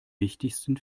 wichtigsten